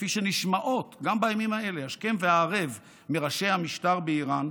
כפי שנשמעות גם בימים האלה השכם והערב מראשי המשטר באיראן,